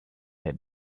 had